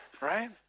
Right